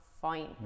fine